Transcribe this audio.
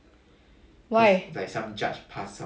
why